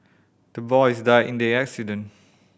the boys died in the accident